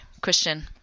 Christian